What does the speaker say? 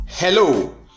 Hello